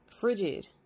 frigid